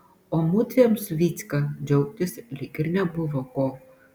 o mudviem su vycka džiaugtis lyg ir nebuvo ko